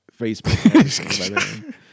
Facebook